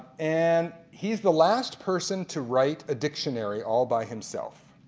and he is the last person to write a dictionary all by himself.